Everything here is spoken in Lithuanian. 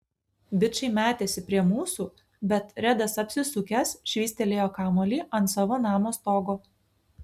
bičai metėsi prie mūsų bet redas apsisukęs švystelėjo kamuolį ant savo namo stogo